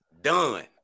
Done